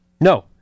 No